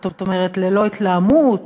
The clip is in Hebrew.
זאת אומרת ללא התלהמות,